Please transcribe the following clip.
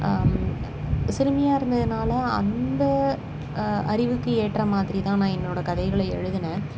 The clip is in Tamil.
சிறுமியாக இருந்ததனால அந்த அறிவுக்கு ஏற்ற மாதிரி தான் நான் என்னோடய கதைகளை எழுதினேன்